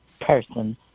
person